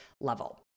level